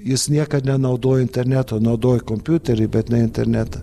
jis niekad nenaudojo interneto naudoja kompiuterį bet ne internetą